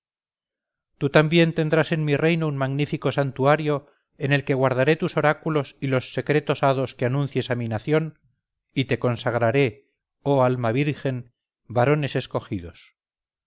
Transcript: tú también tendrás en mi reino un magnífico santuario en el que guardaré tus oráculos y los secretos hados que anuncies a mi nación y te consagraré oh alma virgen varones escogidos